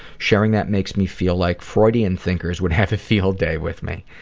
sharing that makes me feel like freudian thinkers would have a field day with me.